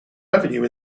revenue